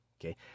okay